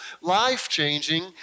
life-changing